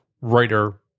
writer